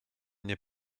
n’est